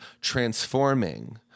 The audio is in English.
transforming